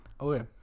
Okay